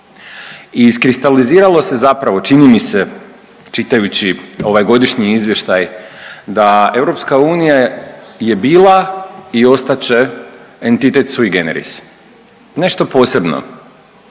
I iskristaliziralo se zapravo čini mi se čitajući ovaj godišnji izvještaj da EU je bila i ostat će entitet sui generis, nešto posebno.